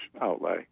outlay